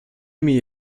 mir